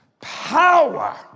Power